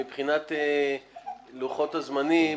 מבחינת לוחות הזמנים,